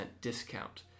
discount